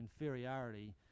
inferiority